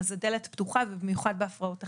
אז הדלת פתוחה, ובמיוחד בהפרעות אכילה.